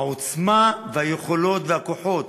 העוצמה והיכולות והכוחות